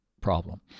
problem